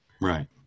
Right